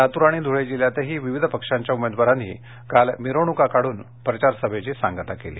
लातूर आणि धुळे जिल्ह्यातही विविध पक्षाच्या उमेदवारांनी काल मिरवणुका काढून प्रचार सभेची सांगता केली